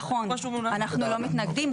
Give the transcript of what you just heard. נכון, אנחנו לא מתנגדים.